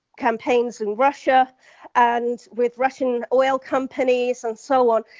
campaigns in russia and with russian oil companies and so on.